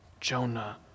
Jonah